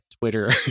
Twitter